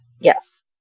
Yes